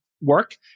work